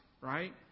right